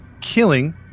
killing